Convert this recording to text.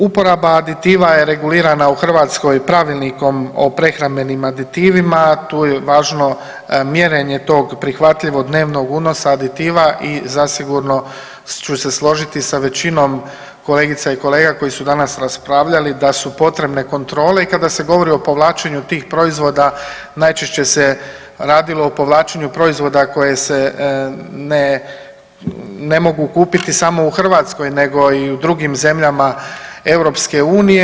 Uporaba aditiva je regulirana u Hrvatskoj Pravilnikom o prehrambenim aditivima, a tu je važno mjerenje tog prihvatljivo dnevnog unosa aditiva i zasigurno ću se složiti sa većinom kolegica i kolega koji su danas raspravljali da su potrebne kontrole i kada se govori o povlačenju tih proizvoda najčešće se radilo o povlačenju proizvoda koje se ne, ne mogu kupiti samo u Hrvatskoj nego i u drugim zemljama EU.